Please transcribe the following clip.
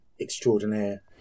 extraordinaire